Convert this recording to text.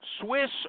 Swiss